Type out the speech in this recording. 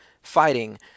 fighting